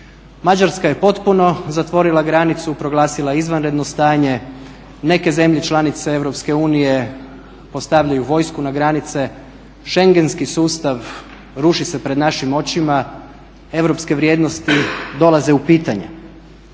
Mađarska je potpuno zatvorila granicu, proglasila izvanredno stanje. Neke zemlje članice EU postavljaju vojsku na granice. Schengenski sustav ruši se pred našim očima, europske vrijednosti dolaze u pitanje.